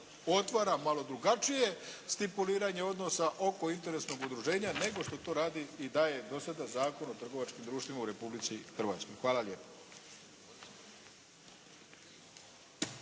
otvara malo drugačije stipuliranje odnosa oko interesnog udruženja nego što to radi i daje dosada Zakon o trgovačkim društvima u Republici Hrvatskoj. Hvala lijepa.